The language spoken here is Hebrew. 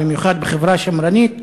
במיוחד בחברה שמרנית,